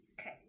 Okay